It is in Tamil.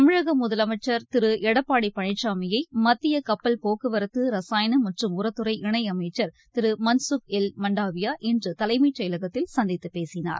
தமிழக முதலம்ச்சர் திரு எடப்பாடி பழனிசாமியை மத்திய கப்பல் போக்குவரத்து ரசாயனம் மற்றும் உரத்துறை இணையமைச்சர் திரு மன்சுக் எல் மண்டாவியா இன்று தலைமைச் செயலகத்தில் சந்தித்துப்பேசினார்